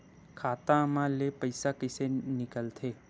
खाता मा ले पईसा कइसे निकल थे?